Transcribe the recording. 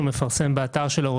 כפי שהוא מפרסם אותם באתר שלו,